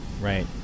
right